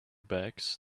bags